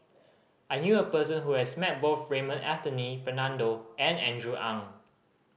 I knew a person who has met both Raymond Anthony Fernando and Andrew Ang